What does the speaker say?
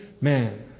man